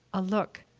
a look,